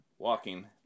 walking